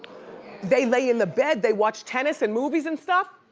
they lay in the bed, they watch tennis and movies and stuff.